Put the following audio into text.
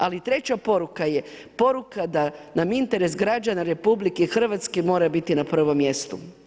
Ali treća poruka je poruka da nam interes građana RH mora biti na prvom mjestu.